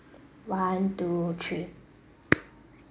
one two three